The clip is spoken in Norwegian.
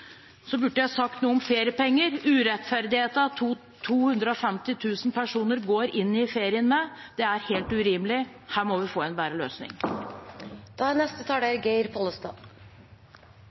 Så burde jeg sagt noe om feriepenger, urettferdigheten som 250 000 personer går inn i ferien med. Det er helt urimelig. Her må vi få en bedre løsning. Senterpartiet er